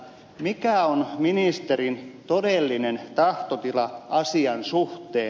mikä on ministerin todellinen tahtotila asian suhteen